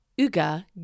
Uga